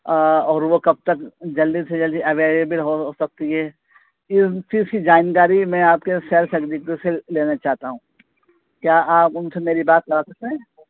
اور وہ کب تک جلدی سے جلدی اویلیبل ہو سکتی ہے ان چیز کی جانکاری میں آپ کے سیلس ایگزیکٹیو سے لینا چاہتا ہوں کیا آپ ان سے میری بات کرا سکتے ہیں